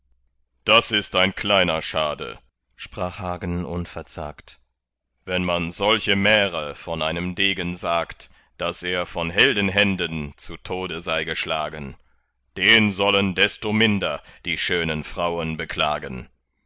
das ist ein kleiner schade sprach hagen unverzagt wenn man solche märe von einem degen sagt daß er von heldenhänden zu tode sei geschlagen den sollen desto minder die schönen frauen beklagen